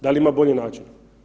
Da li ima bolji način?